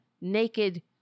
naked